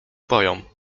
boją